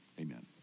amen